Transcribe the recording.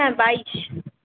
হ্যাঁ বাইশ